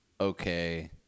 okay